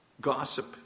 gossip